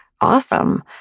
awesome